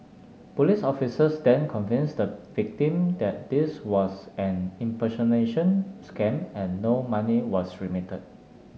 police officers then convinced the victim that this was an impersonation scam and no money was remitted